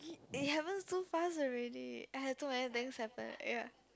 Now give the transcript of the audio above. it happens too fast already I have too many things happen ya